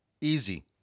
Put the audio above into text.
Easy